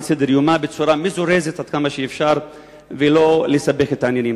סדר-יומה בצורה מזורזת עד כמה שאפשר ולא לסבך את העניינים.